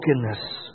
brokenness